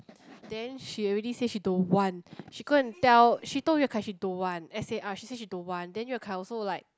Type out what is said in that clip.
then she already said she don't want she go and tell she told Yue-Kai she don't want as say ah she say she don't want then Yue-Kai also like